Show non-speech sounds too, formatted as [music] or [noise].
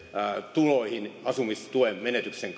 tuloihin asumistuen menetyksen [unintelligible]